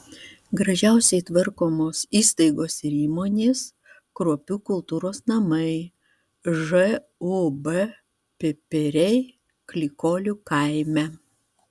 gražiausiai tvarkomos įstaigos ir įmonės kruopių kultūros namai žūb pipiriai klykolių kaime